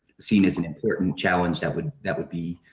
seen as an important challenge that would that would be